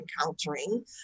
encountering